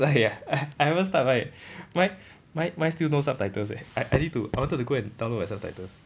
start already ah I I haven't start mine mine mine mine still no subtitles eh I I need to I wanted to go and download the subtitles